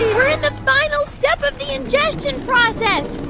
we're in the final step of the ingestion process.